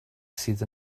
sydd